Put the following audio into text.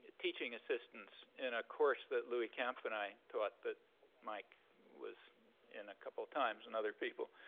teaching assistants in a course that louis kampf and i taught that mike was in a couple times, and other people,